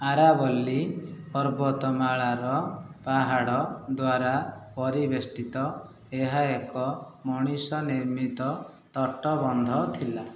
ଆରାବଲି ପର୍ବତମାଳାର ପାହାଡ଼ ଦ୍ୱାରା ପରିବେଷ୍ଟିତ ଏହା ଏକ ମଣିଷ ନିିର୍ମିତ ତଟ ବନ୍ଧ ଥିଲା